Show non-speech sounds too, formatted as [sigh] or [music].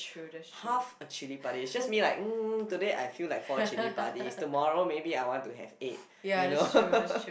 half a chili padi it's just me like mm today I feel like four chili padis tomorrow maybe I want to have eight you know [laughs]